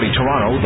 Toronto